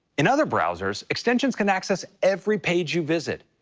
in other browsers, extensions can access every page you visit,